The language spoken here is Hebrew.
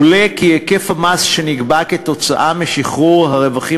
עולה כי היקף המס שנגבה כתוצאה משחרור הרווחים